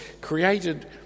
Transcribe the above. created